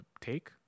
take